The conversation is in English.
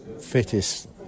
fittest